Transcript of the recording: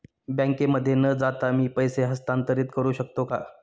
बँकेमध्ये न जाता मी पैसे हस्तांतरित करू शकतो का?